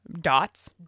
dots